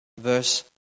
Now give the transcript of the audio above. verse